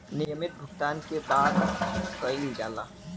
नियमित भुगतान के बात कइल जाला